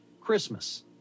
Christmas